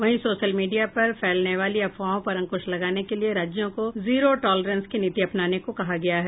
वहीं social media पर फैलने वाली अफवाहों पर अंकुश लगाने के लिए राज्यों को जीरो टॉलरेंस की नीति अपनाने को कहा गया है